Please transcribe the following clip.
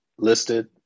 Listed